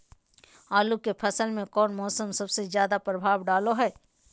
आलू के फसल में कौन मौसम सबसे ज्यादा प्रभाव डालो हय?